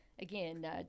Again